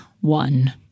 one